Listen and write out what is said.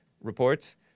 reports